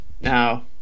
Now